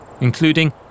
including